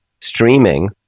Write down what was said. streaming